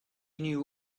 knew